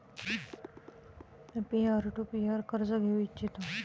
me peer to peer कर्ज घेऊ इच्छितो